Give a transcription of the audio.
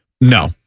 No